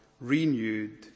renewed